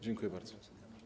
Dziękuję bardzo.